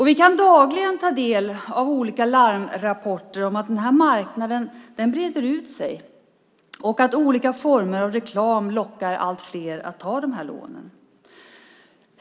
Vi kan dagligen ta del av olika larmrapporter om att den här marknaden breder ut sig och att olika former av reklam lockar allt fler att ta de här lånen.